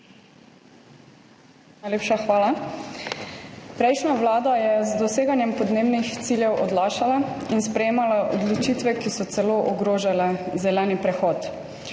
Najlepša hvala. Prejšnja vlada je z doseganjem podnebnih ciljev odlašala in sprejemala odločitve, ki so celo ogrožale zeleni prehod.